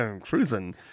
Cruising